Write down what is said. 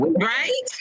right